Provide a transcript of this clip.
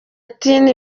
tiny